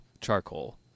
charcoal